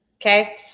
Okay